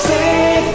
Safe